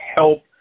help